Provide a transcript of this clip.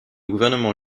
gouvernement